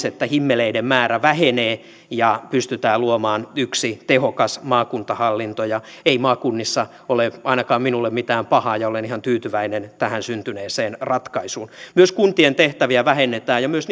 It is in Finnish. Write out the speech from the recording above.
että himmeleiden määrä vähenee ja pystytään luomaan yksi tehokas maakuntahallinto ei maakunnissa ole ainakaan minulle mitään pahaa ja olen ihan tyytyväinen tähän syntyneeseen ratkaisuun myös kuntien tehtäviä vähennetään ja myös